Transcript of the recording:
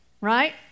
Right